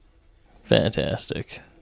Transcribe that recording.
Fantastic